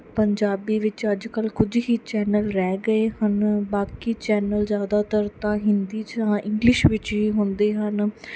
ਪੰਜਾਬੀ ਵਿੱਚ ਅੱਜ ਕੱਲ ਕੁਝ ਹੀ ਚੈਨਲ ਰਹਿ ਗਏ ਹਨ ਬਾਕੀ ਚੈਨਲ ਜਿਆਦਾਤਰ ਤਾਂ ਹਿੰਦੀ 'ਚ ਇੰਗਲਿਸ਼ ਵਿੱਚ ਹੀ ਹੁੰਦੇ ਹਨ